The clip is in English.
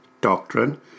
doctrine